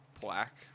plaque